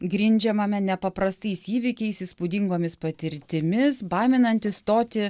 grindžiamame nepaprastais įvykiais įspūdingomis patirtimis baiminantis stoti